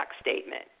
statement